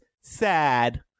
Sad